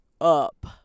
up